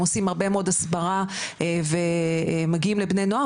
עושים הרבה מאוד הסברה ומגיעים לבני נוער,